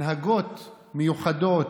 הנהגות מיוחדות,